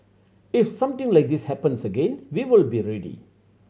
if something like this happens again we will be ready